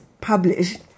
published